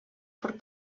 por